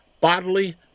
bodily